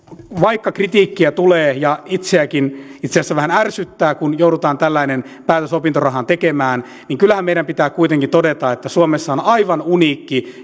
vaikka kritiikkiä tulee ja itseänikin itse asiassa vähän ärsyttää kun joudutaan tällainen päätös opintorahaan tekemään niin kyllähän meidän pitää kuitenkin todeta että suomessa on aivan uniikki